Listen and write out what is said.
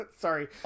Sorry